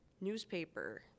newspaper